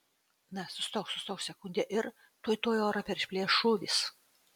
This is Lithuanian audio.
na sustok sustok sekundę ir tuoj tuoj orą perplėš šūvis